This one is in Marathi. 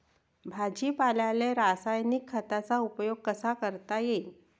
भाजीपाल्याले रासायनिक खतांचा उपयोग कसा करता येईन?